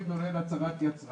יגידו לו שאין הצהרת יצרן.